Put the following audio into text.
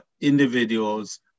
individuals